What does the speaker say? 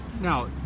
Now